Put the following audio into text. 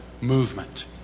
movement